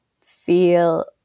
feel